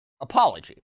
apology